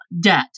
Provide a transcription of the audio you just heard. debt